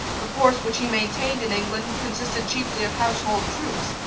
the force which he maintained in england consisted chiefly of household troops,